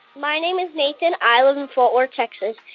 my name is nathan. i live in fort worth, texas.